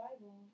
Bible